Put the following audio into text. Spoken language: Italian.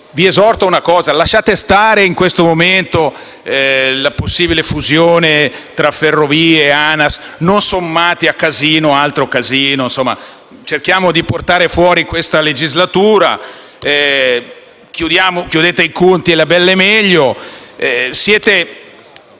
Vi esorto a lasciar stare in questo momento la possibile fusione tra Ferrovie e ANAS; non sommate a casino altro casino. Cerchiamo di terminare questa legislatura; chiudete i conti "alla bell'e meglio".